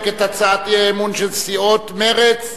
את הצעת האי-אמון של סיעות מרצ והעבודה,